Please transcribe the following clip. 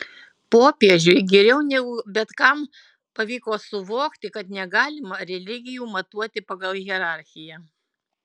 popiežiui geriau negu bet kam pavyko suvokti kad negalima religijų matuoti pagal hierarchiją